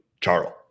Charles